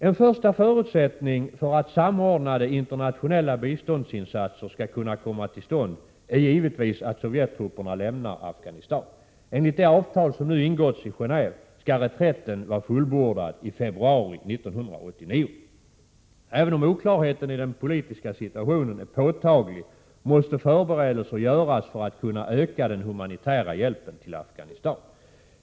En första förutsättning för att ett samordnande av de internationella biståndsinsatser skall kunna komma till stånd är givetvis att Sovjettrupperna lämnar Afghanistan. Enligt det avtal som nu ingåtts i Geheve skall reträtten vara fullbordad i februari 1989. Även om oklarheten i den politiska situationen är påtaglig, måste förberedelser göras för att man skall kunna öka den humanitära hjälpen till Afghanistan.